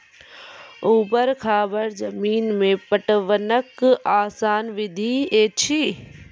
ऊवर खाबड़ जमीन मे पटवनक आसान विधि की ऐछि?